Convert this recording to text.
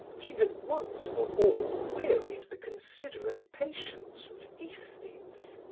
she had once for all wearied the considerate patience of aesthetes.